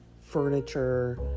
furniture